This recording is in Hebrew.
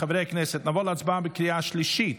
חברי הכנסת, נעבור להצבעה בקריאה השלישית